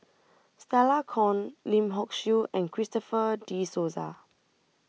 Stella Kon Lim Hock Siew and Christopher De Souza